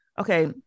okay